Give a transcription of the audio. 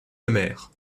lemaire